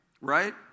right